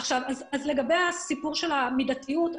לגבי הסיפור של המידתיות,